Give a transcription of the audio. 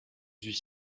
suis